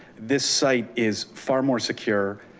this site is far more secure,